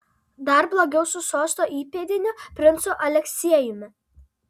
dar blogiau su sosto įpėdiniu princu aleksiejumi